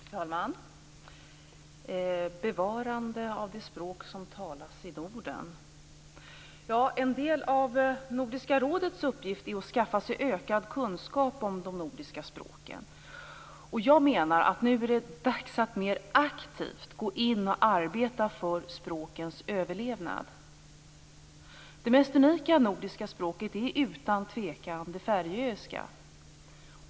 Fru talman! Jag skall tala om bevarande av de språk som talas i Norden. En del av Nordiska rådets uppgift är att skaffa sig ökad kunskap om de nordiska språken. Jag menar att det nu är dags att mer aktivt gå in och arbeta för språkens överlevnad. Det mest unika nordiska språket är utan tvekan det färöiska.